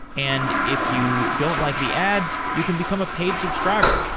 and if you don't like the ads, you can become a paid subscriber.